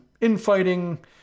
infighting